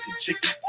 chicken